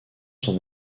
son